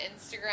Instagram